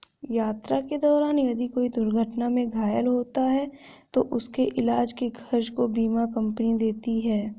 यात्रा के दौरान यदि कोई दुर्घटना में घायल होता है तो उसके इलाज के खर्च को बीमा कम्पनी देती है